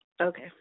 Okay